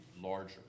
larger